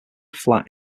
flat